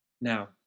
Now